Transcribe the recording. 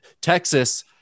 Texas